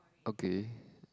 okay